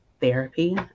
therapy